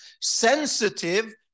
sensitive